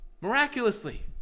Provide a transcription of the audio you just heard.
miraculously